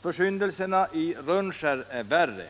Försyndelserna i Rönnskär är ännu värre.